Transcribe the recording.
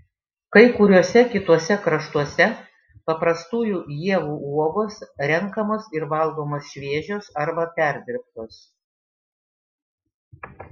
kai kuriuose kituose kraštuose paprastųjų ievų uogos renkamos ir valgomos šviežios arba perdirbtos